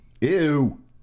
Ew